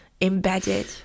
embedded